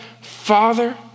Father